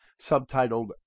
subtitled